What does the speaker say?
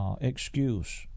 excuse